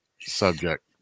subject